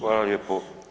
Hvala lijepo.